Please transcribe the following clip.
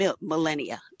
millennia